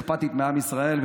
יותר אכפתית מעם ישראל.